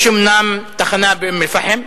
יש אומנם תחנה באום-אל-פחם,